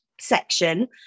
section